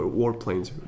warplanes